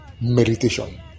Meditation